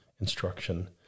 instruction